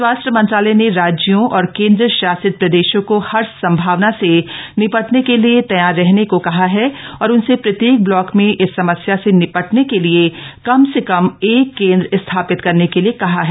स्वास्थ्य मंत्रालय ने राज्यों और केंद्र शासित प्रदेशों को हर संभावना से नि टने के लिए तैयार रहने को कहा है और उनसे प्रत्येक ब्लॉक में इस समस्या से नि टने के लिए कम से कम एक केंद्र स्था ित करने के लिए कहा है